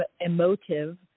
emotive